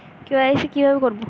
KYC কিভাবে করব?